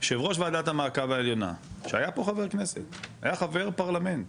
יושב ראש ועדת המעקב העליונה שהיה פה חבר כנסת היה חבר פרלמנט